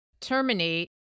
terminate